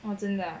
oh 真的 ah